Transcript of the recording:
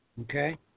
Okay